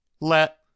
Let